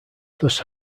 thus